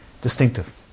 distinctive